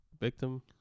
victim